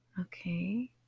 Okay